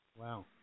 Wow